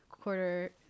quarter